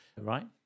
right